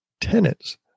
tenants